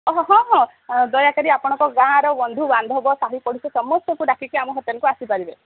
ଓ ହଁ ହଁ ଦୟାକରି ଆପଣଙ୍କ ଗାଁର ବନ୍ଧୁବାନ୍ଧବ ସାହି ପଡ଼ିଶା ସମସ୍ତ ସଙ୍କୁ ଡାକିକି ଆମ ହୋଟେଲକୁ ଆସିପାରିବେ